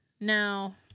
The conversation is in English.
Now